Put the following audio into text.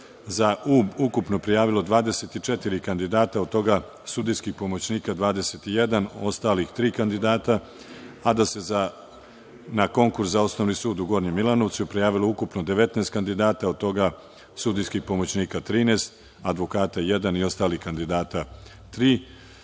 za Ub ukupno prijavilo 24 kandidata, od toga sudijskih pomoćnika 21, ostalih tri kandidata, a da se na konkurs za Osnovni sud u Gornjem Milanovcu prijavilo ukupno 19 kandidata, od toga sudijskih pomoćnika 13, advokata jedan i ostalih kandidata